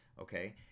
okay